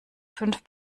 fünf